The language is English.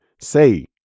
Say